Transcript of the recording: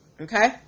Okay